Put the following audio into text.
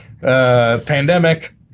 Pandemic